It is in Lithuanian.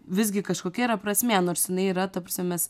visgi kažkokia yra prasmė nors jinai yra ta prasme mes